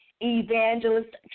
Evangelist